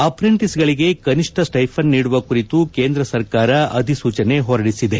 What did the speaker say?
ಅಪ್ರೆಂಟಿಸ್ಗಳಿಗೆ ಕನಿಷ್ಠ ಸ್ವೈಫಂಡ್ ನೀಡುವ ಕುರಿತು ಕೇಂದ್ರ ಸರ್ಕಾರ ಅಧಿಸೂಚನೆ ಹೊರಡಿಸಿದೆ